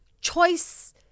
Choice